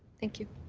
thank you.